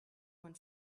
went